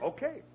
Okay